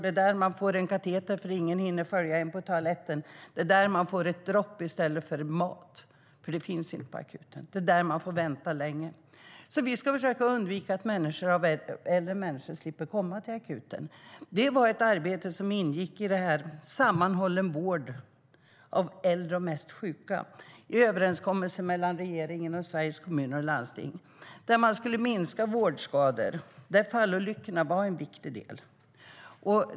Det är där som de får en kateter, för ingen hinner följa dem till toaletten. Det är där de får ett dropp i stället för mat, för det finns inte på akuten. Det är där de får vänta länge. Vi ska försöka se till att äldre människor slipper komma till akuten. Det var ett arbete som ingick i Sammanhållen vård och omsorg om de mest sjuka äldre i överenskommelsen mellan regeringen och Sveriges Kommuner och Landsting. Där skulle man minska vårdskador, och fallolyckorna var där en viktig del.